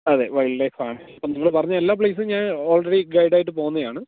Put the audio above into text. അതെ വൈൽഡ് ലൈഫാണ് ഇപ്പോള് നിങ്ങള് പറഞ്ഞ എല്ലാ പ്ളേയ്സും ഞാൻ ഓൾറെഡി ഗൈഡായിട്ട് പോകുന്നതാണ്